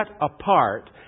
apart